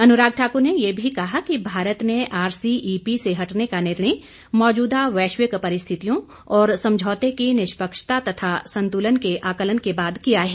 अनुराग ठाकुर ने ये भी कहा कि भारत ने आरसीईपी से हटने का निर्णय मौजूदा वैश्विक परिस्थितियों और समझौते की निष्पक्षता तथा संतुलन के आकलन के बाद किया है